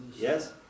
yes